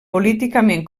políticament